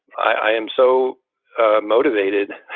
i am so motivated.